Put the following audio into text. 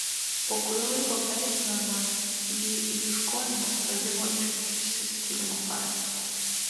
po kurio laiko pereinama į ieškojimo atradimo ir išsiskyrimo fazę